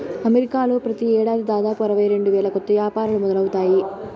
అమెరికాలో ప్రతి ఏడాది దాదాపు అరవై రెండు వేల కొత్త యాపారాలు మొదలవుతాయి